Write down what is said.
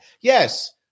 Yes